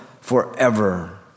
forever